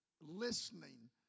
listening